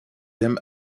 him